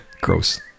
Gross